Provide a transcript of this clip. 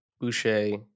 Boucher